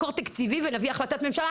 מקור תקציבי ונביא החלטת ממשלה,